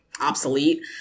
obsolete